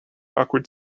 awkward